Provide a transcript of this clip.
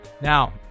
Now